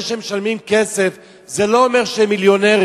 זה שמשלמים כסף זה לא אומר שהם מיליונרים,